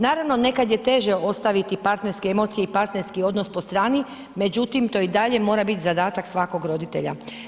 Naravno, nekada je teže ostaviti partnerske emocije i partnerski odnos po strani, međutim, to i dalje mora biti zadatak svakog roditelja.